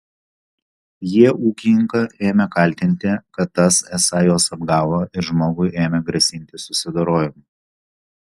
jie ūkininką ėmė kaltinti kad tas esą juos apgavo ir žmogui ėmė grasinti susidorojimu